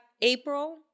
April